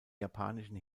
japanischen